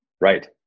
Right